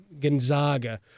Gonzaga